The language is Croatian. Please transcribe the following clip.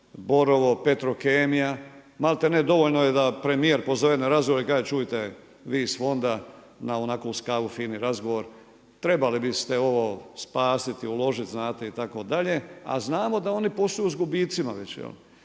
Borovo, Petrokemija, malti ne, dovoljno je da premijer pozove na razgovor i kaže čujte, vi iz fonda, na onako uz kavu fini razgovor, trebali bi ste ovo spasiti, uložiti znate itd., a znamo da oni posluju sa gubicima već,